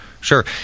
sure